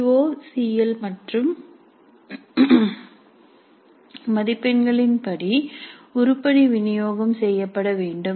C O C L மற்றும் மதிப்பெண்களின்படி உருப்படி விநியோகம் செய்யப்பட வேண்டும்